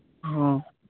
ᱦᱚᱸ